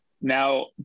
Now